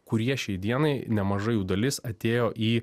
kurie šiai dienai nemaža jų dalis atėjo į